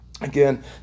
again